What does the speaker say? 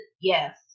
Yes